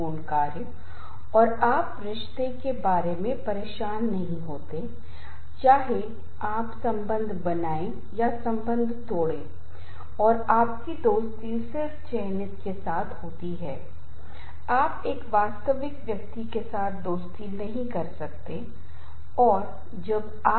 तो तनाव विद्युत प्रवाह और ईयू तनाव की तरह है तनाव का स्तर है जो हमारे लिए अच्छा है और शिखर प्रदर्शन को प्राप्त करने और संकट के प्रबंधन के लिए एक व्यक्ति की संपत्ति है और इसलिए तनाव केवल बुरा नहीं है और एक अच्छी खबर है तनाव या प्रदर्शन के मध्यम स्तर के साथ वृद्धि होगी जबकि तनाव का एक उच्च स्तर हमारे प्रदर्शन को खराब करेगा